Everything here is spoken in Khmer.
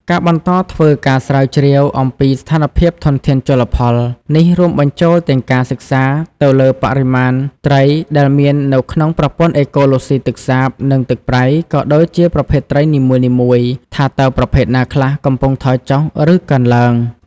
ការបន្តធ្វើការស្រាវជ្រាវអំពីស្ថានភាពធនធានជលផល នេះរួមបញ្ចូលទាំងការសិក្សាទៅលើបរិមាណត្រីដែលមាននៅក្នុងប្រព័ន្ធអេកូឡូស៊ីទឹកសាប និងទឹកប្រៃ ក៏ដូចជាប្រភេទត្រីនីមួយៗ ថាតើប្រភេទណាខ្លះកំពុងថយចុះ ឬកើនឡើង។